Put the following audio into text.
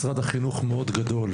משרד החינוך מאוד גדול,